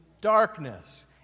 darkness